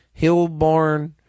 Hillborn